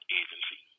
agency